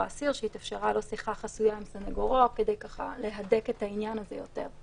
האסיר שהתאפשרה לו שיחה חסויה עם סנגורו כדי להדק את העניין הזה יותר.